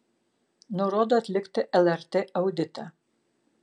nurodo atlikti lrt auditą